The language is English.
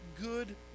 good